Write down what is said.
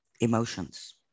emotions